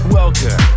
welcome